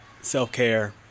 self-care